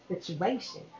situation